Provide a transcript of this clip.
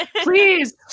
Please